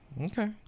Okay